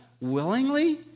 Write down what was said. willingly